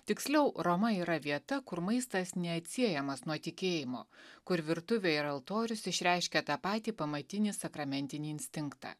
tiksliau roma yra vieta kur maistas neatsiejamas nuo tikėjimo kur virtuvė ir altorius išreiškia tą patį pamatinį sakramentinį instinktą